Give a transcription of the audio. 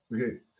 Okay